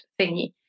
thingy